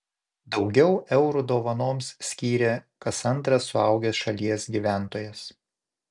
daugiau eurų dovanoms skyrė kas antras suaugęs šalies gyventojas